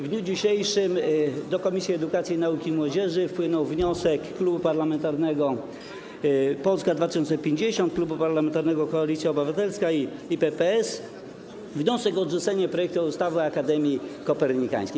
W dniu dzisiejszym do Komisji Edukacji, Nauki i Młodzieży wpłynął wniosek Koła Parlamentarnego Polska 2050, Klubu Parlamentarnego Koalicja Obywatelska i koła PPS o odrzucenie projektu ustawy o Akademii Kopernikańskiej.